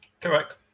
Correct